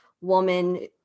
Woman